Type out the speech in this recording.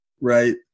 right